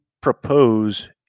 propose